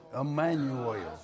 Emmanuel